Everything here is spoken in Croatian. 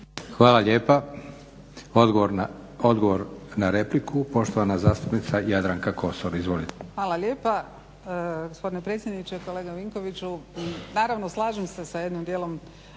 Hvala lijepa. Odgovor na repliku, poštovana zastupnica Jadranka Kosor. Izvolite. **Kosor, Jadranka (HDZ)** Hvala lijepa gospodine predsjedniče. Kolega Vinkoviću naravno slažem se sa jednim dijelom